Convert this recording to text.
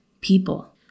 people